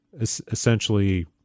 essentially